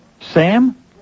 Sam